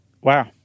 Wow